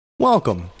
welcome